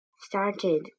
started